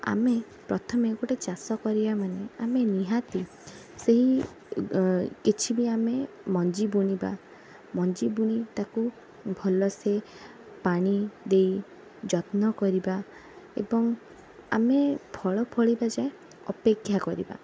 ଆମେ ପ୍ରଥମେ ଗୋଟେ ଚାଷ କରିବା ମାନେ ଆମେ ନିହାତି ସେଇ ଏ କିଛି ବି ଆମେ ମଞ୍ଜି ବୁଣିବା ମଞ୍ଜି ବୁଣି ତାକୁ ଭଲସେ ପାଣି ଦେଇ ଯତ୍ନ କରିବା ଏବଂ ଆମେ ଫଳ ଫଳିବା ଯାଏଁ ଅପେକ୍ଷା କରିବା